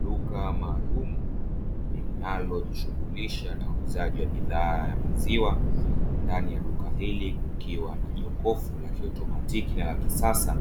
Duka maalumu linalojishughulisha na uuzaji wa bidhaa ya maziwa, ndani ya duka hili kukiwa na jokofu la kiautomatiki na kisasa.